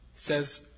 says